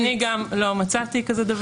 גברתי, גם אני לא מצאתי דבר כזה.